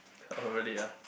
oh really ah